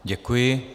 Děkuji.